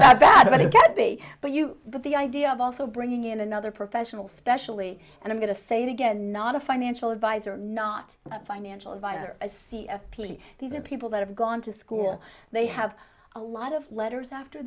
a bad man it can't be but you got the idea of also bringing in another professional specially and i'm going to say it again not a financial advisor not a financial advisor a c a p e these are people that have gone to school they have a lot of letters after